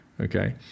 Okay